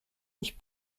ich